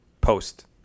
post